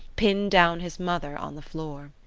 pinned down his mother on the floor.